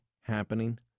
happening